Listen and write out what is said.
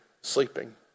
sleeping